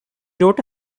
wrote